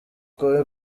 kuba